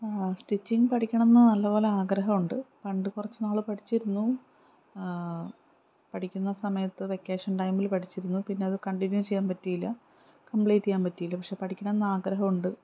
stitching പഠിക്കണം എന്ന് നല്ലപോലെ ആഗ്രഹമുണ്ട് പണ്ട് കുറച്ചുനാൾ പഠിച്ചിരുന്നു പഠിക്കുന്ന സമയത്ത് വെക്കേഷൻ ടൈമിൽ പഠിച്ചിരുന്നു പിന്നെ അത് കണ്ടിന്യൂ ചെയ്യാൻ പറ്റിയില്ല കമ്പ്ലീറ്റ് ചെയ്യാൻ പറ്റിയില്ല പക്ഷെ പഠിക്കണം എന്ന് ആഗ്രഹമുണ്ട്